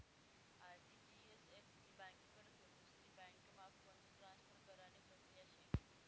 RTCSF ब्यांककडथून दुसरी बँकम्हा फंड ट्रान्सफर करानी प्रक्रिया शे